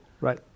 Right